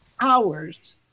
hours